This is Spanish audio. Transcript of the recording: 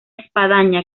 espadaña